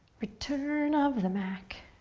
return of the mac.